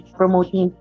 promoting